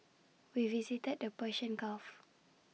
we visited the Persian gulf